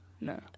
no